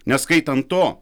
neskaitant to